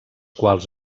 quals